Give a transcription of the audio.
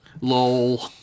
Lol